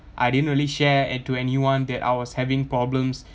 I didn't really share it to anyone that I was having problems